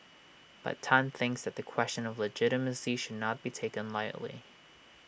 but Tan thinks that the question of legitimacy should not be taken lightly